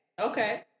okay